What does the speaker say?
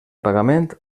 pagament